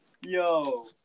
Yo